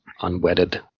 unwedded